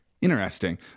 Interesting